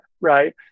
right